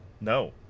No